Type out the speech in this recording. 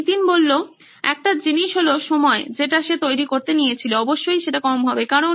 নীতিন একটা জিনিস হল সময় যেটা সে তৈরি করতে নিয়েছিল অবশ্যই কম হবে কারণ